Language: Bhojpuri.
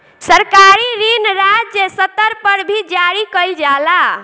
सरकारी ऋण राज्य स्तर पर भी जारी कईल जाला